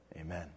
Amen